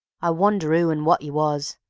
i wonder oo and wot e was,